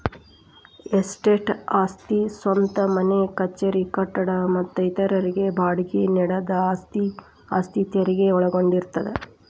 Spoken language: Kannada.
ಎಸ್ಟೇಟ್ ಆಸ್ತಿ ಸ್ವಂತ ಮನೆ ಕಚೇರಿ ಕಟ್ಟಡ ಮತ್ತ ಇತರರಿಗೆ ಬಾಡ್ಗಿ ನೇಡಿದ ಆಸ್ತಿ ಆಸ್ತಿ ತೆರಗಿ ಒಳಗೊಂಡಿರ್ತದ